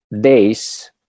days